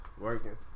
Working